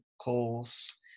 calls